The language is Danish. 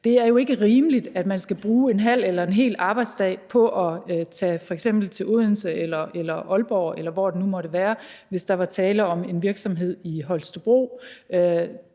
Det er jo ikke rimeligt, at man skal bruge en halv eller en hel arbejdsdag på at tage til f.eks. Odense eller Aalborg, eller hvor det nu måtte være, hvis der er tale om en virksomhed i Holstebro.